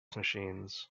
machines